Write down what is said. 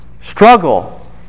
struggle